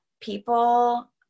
people